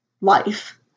life